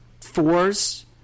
fours